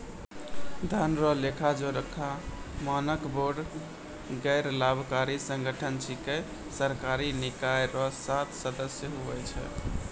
धन रो लेखाजोखा मानक बोर्ड गैरलाभकारी संगठन छिकै सरकारी निकाय रो सात सदस्य हुवै छै